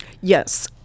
Yes